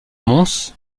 mons